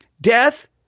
death